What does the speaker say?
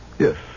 Yes